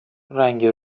رنگ